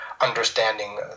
understanding